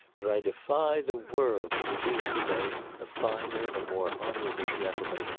but i defy the world to produce today a finer or more honorable gentleman,